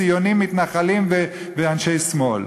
ציונים-מתנחלים ואנשי שמאל.